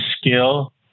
skill